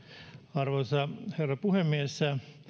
arvoisa herra puhemies